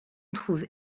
trouve